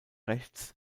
rechts